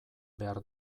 behar